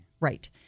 Right